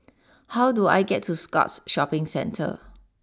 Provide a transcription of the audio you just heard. how do I get to Scotts Shopping Centre